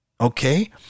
okay